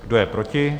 Kdo je proti?